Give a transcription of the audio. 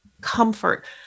comfort